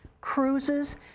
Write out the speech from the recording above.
cruises